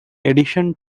edition